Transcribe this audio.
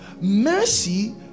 Mercy